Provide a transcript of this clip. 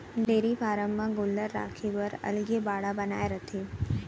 dairy farm म गोल्लर राखे बर अलगे बाड़ा बनाए रथें